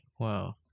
wow